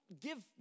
give